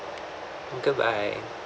thank you bye